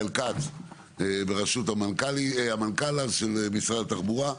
כץ בראשות המנכ"לית של משרד התחבורה,